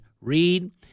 read